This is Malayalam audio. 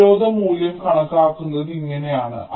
പ്രതിരോധ മൂല്യം കണക്കാക്കുന്നത് ഇങ്ങനെയാണ്